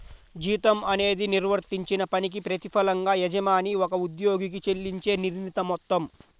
జీతం అనేది నిర్వర్తించిన పనికి ప్రతిఫలంగా యజమాని ఒక ఉద్యోగికి చెల్లించే నిర్ణీత మొత్తం